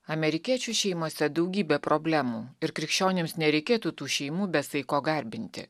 amerikiečių šeimose daugybė problemų ir krikščionims nereikėtų tų šeimų be saiko garbinti